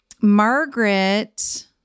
Margaret